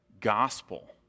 gospel